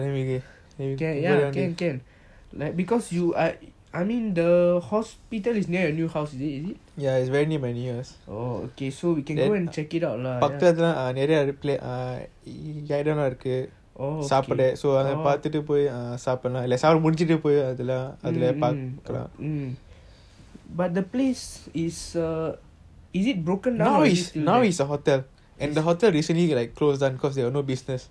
ya can can the hospital is near your new house is it oh okay we can go and check it out lah ya oh okay mm mm but the place is uh is it broken now